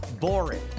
boring